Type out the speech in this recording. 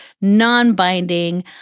non-binding